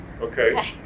okay